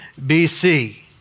BC